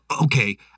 Okay